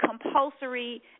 compulsory